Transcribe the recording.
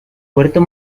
puerto